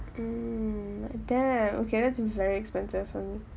mm damn okay that's very expensive for me